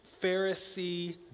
Pharisee